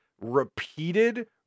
repeated